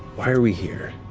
why are we here?